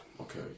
okay